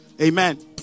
Amen